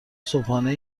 صبحانه